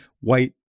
white